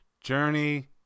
Journey